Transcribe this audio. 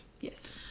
Yes